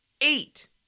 Eight